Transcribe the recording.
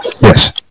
Yes